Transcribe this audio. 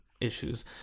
issues